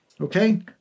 Okay